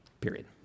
period